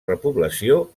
repoblació